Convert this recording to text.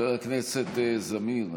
חבר הכנסת זמיר,